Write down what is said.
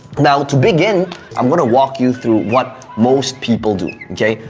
now, to begin i'm gonna walk you through what most people do, okay?